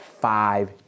five